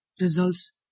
results